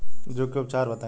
जूं के उपचार बताई?